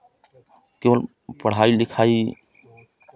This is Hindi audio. केवल पढ़ाई लिखाई